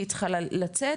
כי היא צריכה לצאת,